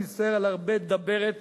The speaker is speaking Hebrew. אני מצטער על הרבה דברת,